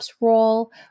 role